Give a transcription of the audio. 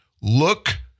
look